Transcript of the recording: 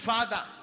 Father